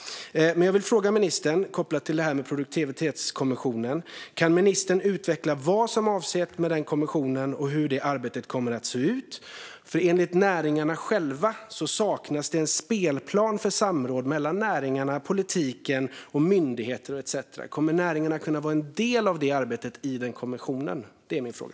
Men jag har en fråga till ministern med koppling till produktivitetskommissionen: Kan ministern utveckla vad som avses med kommissionen och hur det arbetet kommer att se ut? För enligt näringarna själva saknas det en spelplan för samråd mellan näringarna, politiken och myndigheter etcetera. Kommer näringarna att kunna vara en del av arbetet i den kommissionen? Det var min fråga.